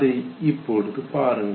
அதை இப்பொழுது பாருங்கள்